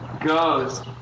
goes